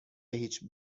هیچ